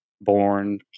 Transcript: born